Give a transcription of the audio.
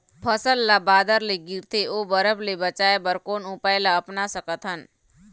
फसल ला बादर ले गिरथे ओ बरफ ले बचाए बर कोन उपाय ला अपना सकथन?